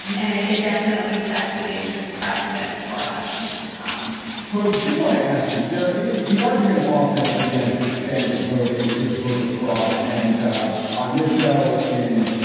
and it definitely sets a dangerous precedent for elections to come so i did want to ask you there is the argument often against expanded voting is voter fraud. and on this show in.